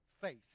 faith